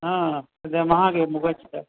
हां सध्या महाग आहे मुगाची डाळ